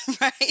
Right